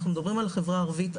אנחנו מדברים על החברה הערבית,